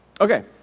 okay